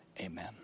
amen